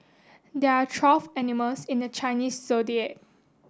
there are twelve animals in the Chinese Zodiac